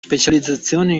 specializzazione